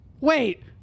wait